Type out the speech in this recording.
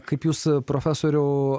kaip jūs profesoriau